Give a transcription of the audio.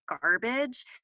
garbage